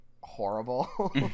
horrible